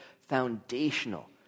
foundational